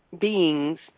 beings